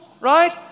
Right